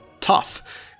tough